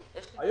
במשפחות.